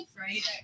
right